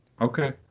Okay